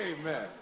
Amen